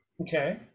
okay